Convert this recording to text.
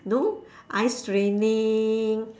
no eye straining